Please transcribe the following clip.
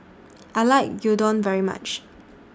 I like Gyudon very much